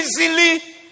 easily